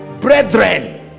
brethren